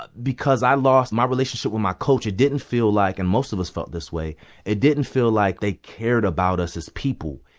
but because i lost my relationship with my coach. it didn't feel like and most of us felt this way it didn't feel like they cared about us as people.